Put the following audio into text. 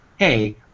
hey